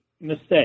mistake